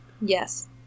Yes